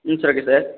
ம் சரி சார்